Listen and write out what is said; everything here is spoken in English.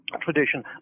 tradition